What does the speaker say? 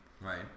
Right